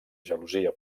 gelosia